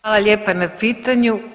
Hvala lijepa na pitanju.